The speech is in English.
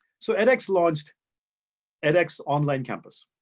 so edx launched edx online campus.